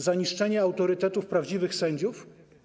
Za niszczenie autorytetów prawdziwych sędziów?